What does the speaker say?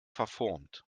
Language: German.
verformt